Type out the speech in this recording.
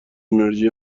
انرژی